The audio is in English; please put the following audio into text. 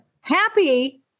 happy